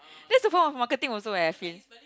that's the point of marketing also eh I feel